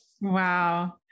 Wow